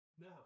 No